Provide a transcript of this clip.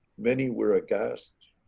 many were aghast.